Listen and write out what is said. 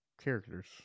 characters